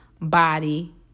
body